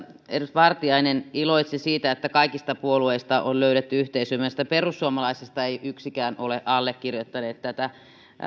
vartiainen iloitsi siitä että kaikista puolueista on löydetty yhteisymmärrystä perussuomalaisista ei yksikään ole allekirjoittanut tätä